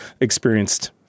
experienced